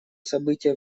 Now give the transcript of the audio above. события